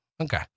Okay